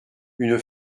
une